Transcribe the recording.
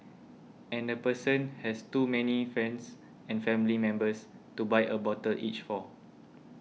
and the person has too many friends and family members to buy a bottle each for